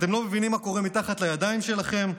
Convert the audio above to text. אתם לא מבינים מה קורה מתחת לידיים שלכם?